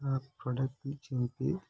ఆ ప్రోడక్ట్ని చింపి